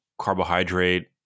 carbohydrate